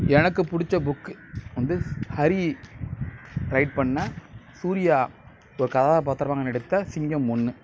எனக்கு பிடிச்ச புக்கு வந்து ஹரி ரைட் பண்ண சூர்யா ஒரு கதாபாத்திரமாக நடித்த சிங்கம் ஒன்று